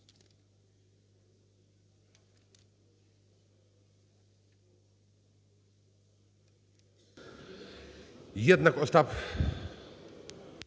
Дякую.